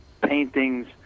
paintings